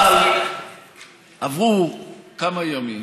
אבל עברו כמה ימים